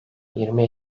yirmi